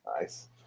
Nice